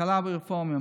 הכרה ברפורמים,